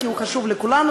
כי הוא חשוב לכולנו,